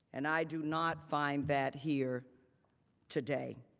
and i do not find that here today.